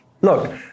Look